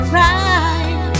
right